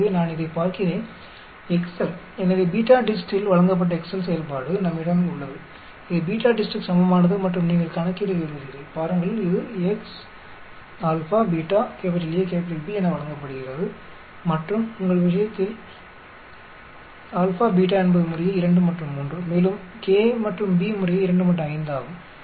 ஆகவே நான் இதைப் பார்க்கிறேன் எக்செல் எனவே BETADIST ஆல் வழங்கப்பட்ட எக்செல் செயல்பாடு நம்மிடம் உள்ளது இது BETADIST க்குச் சமமானது மற்றும் நீங்கள் கணக்கிட விரும்புகிறீர்கள் பாருங்கள் இது x α β A B என வழங்கப்படுகிறது எனவே உங்கள் விஷயத்தில் α β என்பது முறையே 2 மற்றும் 3 மேலும் A மற்றும் B முறையே 2 மற்றும் 5 ஆகும்